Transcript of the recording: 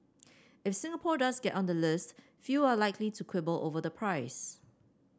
if Singapore does get on the list few are likely to quibble over the price